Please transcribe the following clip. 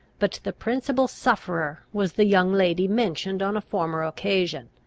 but the principal sufferer was the young lady mentioned on a former occasion,